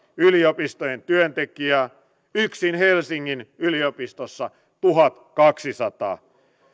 yliopistojen työntekijää yksin helsingin yliopistossa tuhatkaksisataa